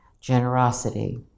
generosity